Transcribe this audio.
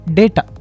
data